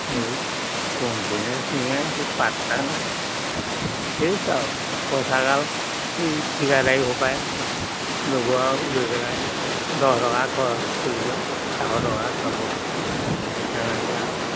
পাট্টা নাই সেই চাওক পইচা কাল ঠিকাদাৰ সোপাই ল'ব আৰু লৈ পেলাই দহ টকা খৰচ কৰিব এশ টকা খাব তেনেকৈ